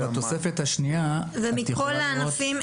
בתוספת השנייה את יכולה לראות -- אז מכול הענפים,